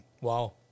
Wow